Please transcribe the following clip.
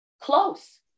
close